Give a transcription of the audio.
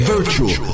Virtual